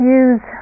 use